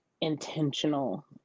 intentional